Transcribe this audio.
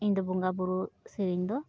ᱤᱧᱫᱚ ᱵᱚᱸᱜᱟᱼᱵᱩᱨᱩ ᱥᱤᱨᱤᱧᱫᱚ